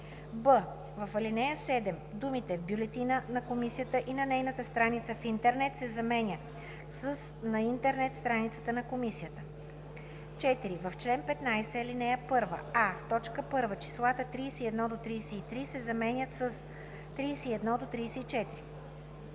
б) в ал. 7 думите „в бюлетина на комисията и на нейната страница в Интернет“ се заменят с „на интернет страницата на комисията“. 4. В чл. 15, ал. 1: а) в т. 1 числата „31 – 33“ се заменят с „31 – 34“;